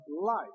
life